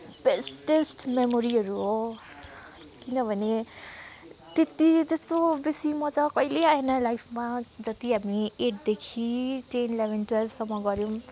bestest मेमोरीहरू हो किनभने त्यति त्यस्तो बेसी मजा कहिले आएन लाइफमा जति हामी एटदेखि टेन इलेभेन टुवेल्भसम्म गऱ्यौँ